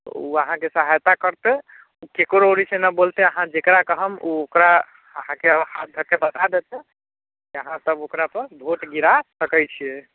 ओ अहाँके सहायता करतै ओ ककरो दिससँ नहि बोलतै अहाँ जकरा कहब ओ ओकरा अहाँके हाथ दऽ कऽ बता देतै अहाँसब ओकरापर वोट गिरा सकै छिए